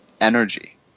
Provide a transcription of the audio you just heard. energy